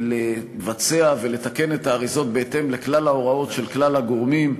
לבצע ולתקן את האריזות בהתאם לכלל ההוראות של כלל הגורמים,